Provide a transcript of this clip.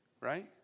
right